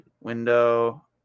Window